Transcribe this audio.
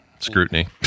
scrutiny